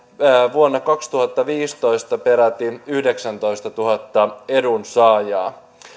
vuonna kaksituhattaviisitoista peräti yhdeksäntoistatuhatta edunsaajaa